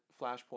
flashpoint